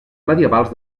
medievals